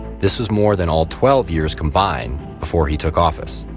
this was more than all twelve years combined before he took office.